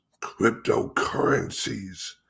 cryptocurrencies